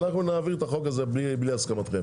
נעביר את החוק הזה בלי הסכמתכם.